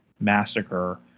Massacre